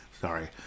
Sorry